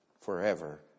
forever